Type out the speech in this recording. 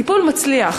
הטיפול מצליח.